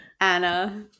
Anna